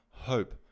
hope